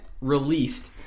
Released